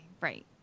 right